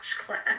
class